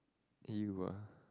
you ah